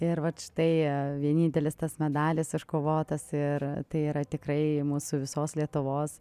ir vat štai vienintelis tas medalis iškovotas ir tai yra tikrai mūsų visos lietuvos